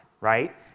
right